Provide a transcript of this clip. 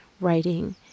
writing